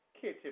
kitchen